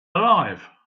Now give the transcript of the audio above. alive